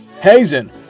Hazen